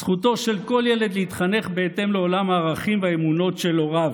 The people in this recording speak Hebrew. זכותו של כל ילד להתחנך בהתאם לעולם הערכים והאמונות של הוריו.